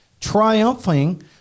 triumphing